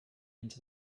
into